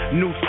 new